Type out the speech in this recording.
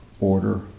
order